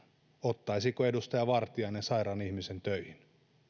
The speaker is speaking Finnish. ottaisiko edustaja vartiainen sairaan ihmisen töihin